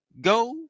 Go